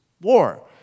war